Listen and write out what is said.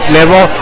level